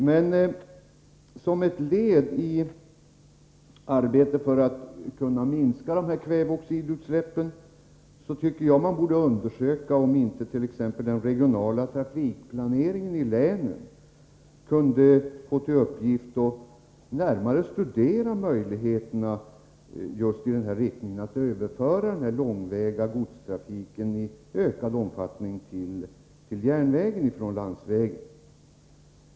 Men som ett led i arbetet för att minska kväveoxidutsläppen kunde t.ex. de som handhar den regionala trafikplaneringen i länen få i uppdrag att närmare studera möjligheterna att överföra långväga godstransporter i ökad omfattning från landsvägarna till järnvägen.